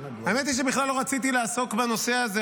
האמת היא שבכלל לא רציתי לעסוק בנושא הזה.